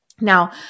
Now